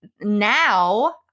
Now